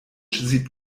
sieht